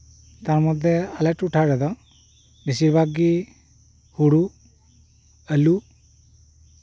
ᱛᱟᱨ ᱢᱚᱫᱽᱫᱷᱮ ᱟᱞᱮ ᱴᱚᱴᱷᱟ ᱨᱮᱫᱚ ᱵᱤᱥᱤᱨᱵᱷᱟᱜᱽ ᱜᱮ ᱦᱳᱲᱳ ᱟᱞᱩ